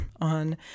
on